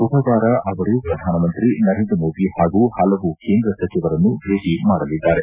ಬುಧವಾರ ಅವರು ಪ್ರಧಾನಮಂತ್ರಿ ನರೇಂದ್ರ ಮೋದಿ ಹಾಗೂ ಹಲವು ಕೇಂದ್ರ ಸಚಿವರನ್ನು ಭೇಟ ಮಾಡಲಿದ್ದಾರೆ